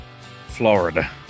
Florida